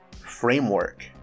Framework